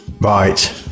Right